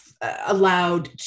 allowed